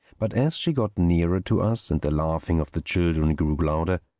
but as she got nearer to us and the laughing of the children grew louder,